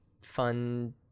fun